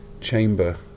chamber